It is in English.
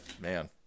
man